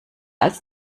als